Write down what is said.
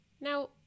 Now